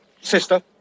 Sister